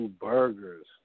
Burgers